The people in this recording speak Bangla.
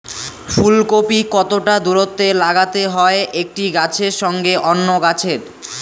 ফুলকপি কতটা দূরত্বে লাগাতে হয় একটি গাছের সঙ্গে অন্য গাছের?